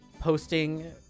posting